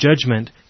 judgment